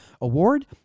Award